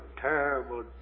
terrible